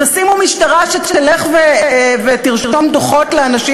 תשימו משטרה שתלך ותרשום דוחות לאנשים